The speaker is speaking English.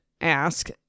ask